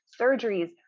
Surgeries